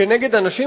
כנגד אנשים,